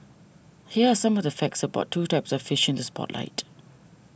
here are some of the facts about two types of fish in this spotlight